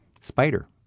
spider